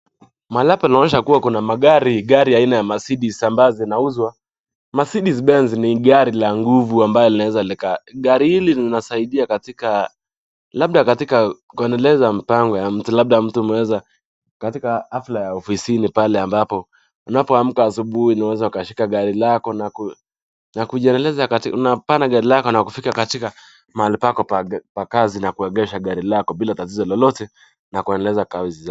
Mahali hapa inaonyesha kuwa kuna magari aina ya (cs) mercedes (cs) amabazo zinauzwa, mercedes benz ni gari la nguvu, gari hili linasaidia katika kuendeleza mipango ya mtu labda katika hafla ya ofisini pale ambapo unapoamka asubuhi unaweza ukashika gari lako na kufika mahali pako pa kazi na kuegesha gari lako bila tatizo lolote.